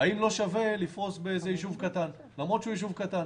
הם פרסו 25%, שזו פריסה שלנו.